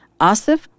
Asif